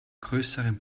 größeren